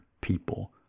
people